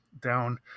down